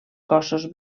cossos